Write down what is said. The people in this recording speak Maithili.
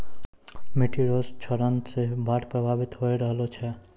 मिट्टी रो क्षरण से बाढ़ प्रभावित होय रहलो छै